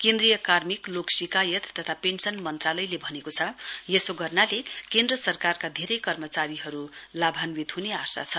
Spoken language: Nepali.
केन्द्रीय कार्मिक लोक शिकायत तथा पेन्शन मन्त्रालयले भनेको छ यसो गर्नाले केन्द्र सरकारका धेरै कर्मचारीहरू लाभान्वित हने आशा छ